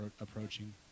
approaching